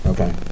Okay